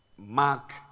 Mark